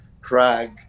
Prague